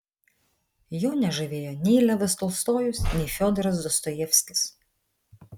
jo nežavėjo nei levas tolstojus nei fiodoras dostojevskis